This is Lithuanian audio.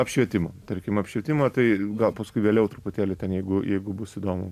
apšvietimo tarkim apšvietimo tai gal paskui vėliau truputėlį ten jeigu jeigu bus įdomu